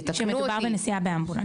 יתקנו אותי --- שמדובר בנסיעה באמבולנס.